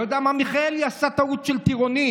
לא יודע מה, מיכאלי עשתה טעות של טירונית.